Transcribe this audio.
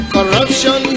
Corruption